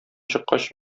чыккач